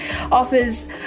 offers